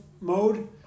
mode